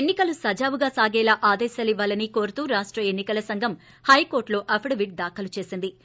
ఎన్ని కలు సజావుగా సాగేలా ఆదేశాలివ్వాలని కోరుతూ రాష్ల ఎన్ని కల సంఘం హైకోర్లులో అఫిడవిట్ దాఖలు ది